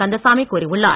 கந்தசாமி கூறியுள்ளார்